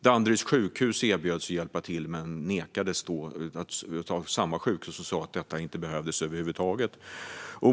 Danderyds sjukhus erbjöd sig att hjälpa till, men Karolinska sjukhuset nekade och sa att det inte behövdes över huvud taget.